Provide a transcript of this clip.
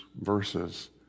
verses